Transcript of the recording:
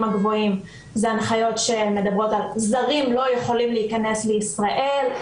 הגבוהים מדברות על זרים שלא יכולים להיכנס לישראל,